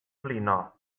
blino